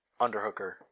Underhooker